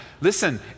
Listen